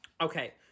Okay